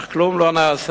אך כלום לא נעשה.